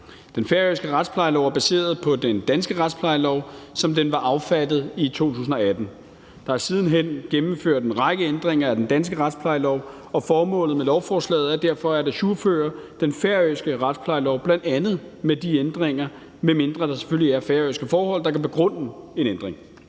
Den færøske retsplejelov er baseret på den danske retsplejelov, som den var affattet i 2018. Der er siden hen gennemført en række ændringer af den danske retsplejelov, og formålet med lovforslaget er derfor at ajourføre den færøske retsplejelov, bl.a. med de ændringer, medmindre der selvfølgelig er færøske forhold, der kan begrunde en ændring.